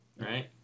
Right